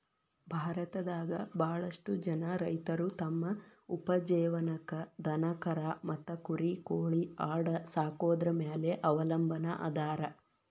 ಭಾರತದಾಗ ಬಾಳಷ್ಟು ಜನ ರೈತರು ತಮ್ಮ ಉಪಜೇವನಕ್ಕ ದನಕರಾ ಮತ್ತ ಕುರಿ ಕೋಳಿ ಆಡ ಸಾಕೊದ್ರ ಮ್ಯಾಲೆ ಅವಲಂಬನಾ ಅದಾರ